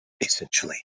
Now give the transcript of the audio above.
essentially